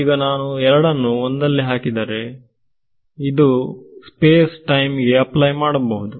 ಈಗ ನಾನು 2 ಅನ್ನು 1 ನಲ್ಲಿ ಹಾಕಿದರೆ ನಾನು ಇದನ್ನು ಸ್ಪೇಸ್ ಟೈಮ್ ಗೆ ಅಪ್ಲೈ ಮಾಡಬಹುದು